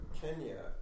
Kenya